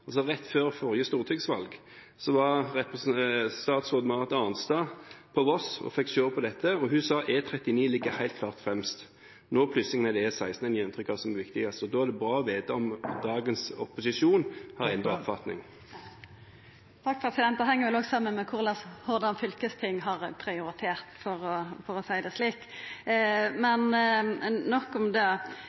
altså rett før forrige stortingsvalg – var statsråd Marit Arnstad på Voss og fikk se på dette, og hun sa at E39 helt klart lå fremst. Nå er det plutselig E16 en gir inntrykk av at er viktigst. Da er det fint å få vite om dagens opposisjon har endret oppfatning. Det heng vel òg saman med korleis Hordaland fylkesting har prioritert, for å seia det slik. Men nok om det.